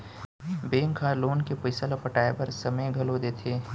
bank ह loan के पइसा ल पटाए बर समे घलो देथे